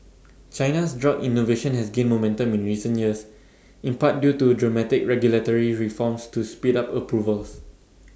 China's drug innovation has gained momentum in recent years in part due to dramatic regulatory reforms to speed up approvals